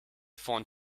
font